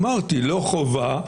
אמרתי: לא חובה,